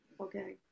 okay